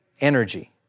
energy